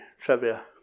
trivia